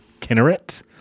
Kinneret